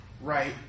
right